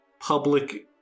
Public